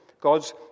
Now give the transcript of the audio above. God's